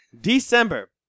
December